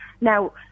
Now